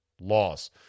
loss